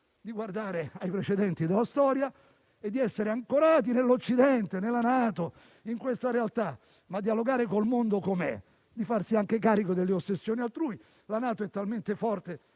di guardare ai precedenti della storia e di essere ancorati nell'Occidente, nella NATO, in questa realtà. Gli auguro anche di dialogare con il mondo com'è e di farsi carico delle ossessioni altrui. La NATO è talmente forte